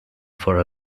for